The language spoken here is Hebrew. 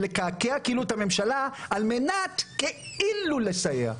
לקעקע כאילו את הממשלה על מנת כאילו לסייע.